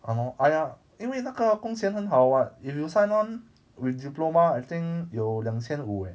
!hannor! !aiya! 因为那个工钱很好 what if you sign on with diploma I think 有两千五 eh